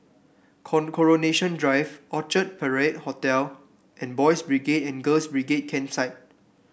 Coronation Drive Orchard Parade Hotel and Boys' Brigade and Girls' Brigade Campsite